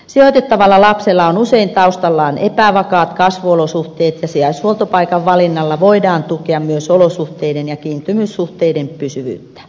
sijoitettavalla lapsella on usein taustallaan epävakaat kasvuolosuhteet ja sijaishuoltopaikan valinnalla voidaan tukea myös olosuhteiden ja kiintymyssuhteiden pysyvyyttä